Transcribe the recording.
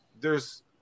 there's-